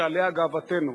שעליה גאוותנו,